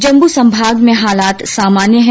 जम्मू संभाग में हालात सामान्य है